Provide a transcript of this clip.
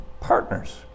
partners